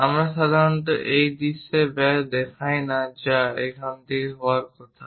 আমরা সাধারণত এই দৃশ্যে ব্যাস দেখাই না যা এই থেকে হওয়ার কথা